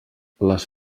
les